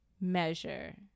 measure